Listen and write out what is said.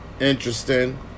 interesting